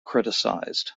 criticized